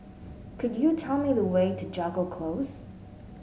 could you tell me the way to Jago Close